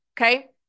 Okay